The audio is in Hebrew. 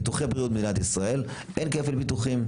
ביטוחי בריאות במדינת ישראל אין כפל ביטוחים.